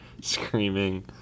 screaming